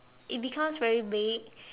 it becomes very big